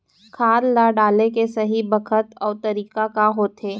खाद ल डाले के सही बखत अऊ तरीका का होथे?